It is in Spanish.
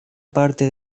parte